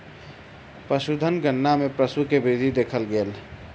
पशुधन गणना मे पशु के वृद्धि देखल गेल